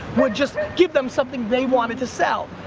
would just, give them something they wanted to sell.